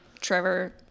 Trevor